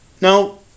Now